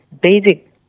basic